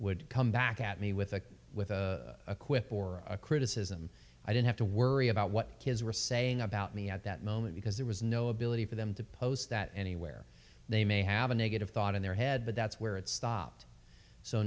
would come back at me with a with a quip or a criticism i didn't have to worry about what kids were saying about me at that moment because there was no ability for them to post that anywhere they may have a negative thought in their head but that's where it stopped so